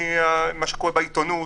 התחושה הזאת מתחילה ממה שקורה בעיתונות,